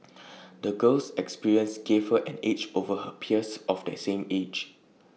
the girl's experiences gave her an edge over her peers of the same age